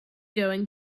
doing